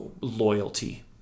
loyalty